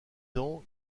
ans